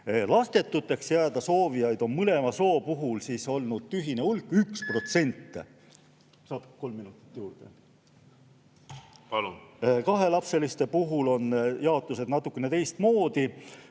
Lastetuks jääda soovijaid on mõlema soo puhul olnud tühine hulk: 1%. Palun kolm minutit juurde. Palun! Palun! Kahelapseliste puhul on jaotus natukene teistmoodi: